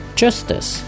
justice